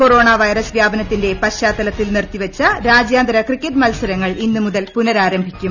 corona virus വ്യാപനത്തിന്റെ പശ്ചാത്തലത്തിൽ നിർത്തിവെച്ച രാജ്യാന്തര ക്രിക്കറ്റ് മൽസരങ്ങൾ ഇന്നു മുതൽ പുനരാരംഭിക്കും